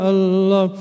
Allah